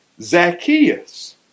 Zacchaeus